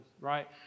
Right